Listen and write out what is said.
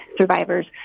survivors